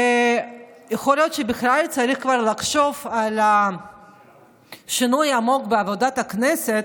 יכול להיות שבכלל צריך כבר לחשוב על שינוי עמוק בעבודת הכנסת.